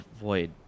Void